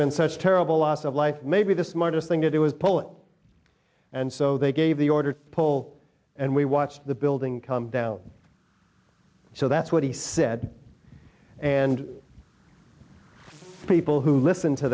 been such terrible loss of life maybe the smartest thing to do was pull and so they gave the order to pull and we watched the building come down so that's what he said and people who listen to